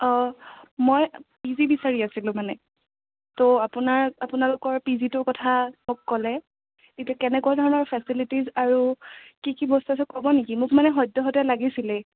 অঁ মই পিজি বিচাৰি আছিলোঁ মানে ত' আপোনাৰ আপোনালোকৰ পিজিটোৰ কথা মোক ক'লে কিন্তু কেনেকুৱা ধৰণৰ ফেছেলেটিজ আৰু কি কি বস্তু আছে ক'ব নেকি মোক মানে সদ্যহতে লাগিছিলেই